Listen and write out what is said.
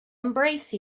embrace